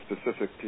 specific